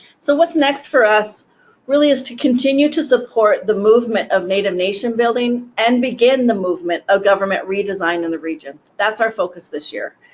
so what's next for us really is to continue to support the movement of native nation building and begin the movement of government redesign in the region. that's our focus this year.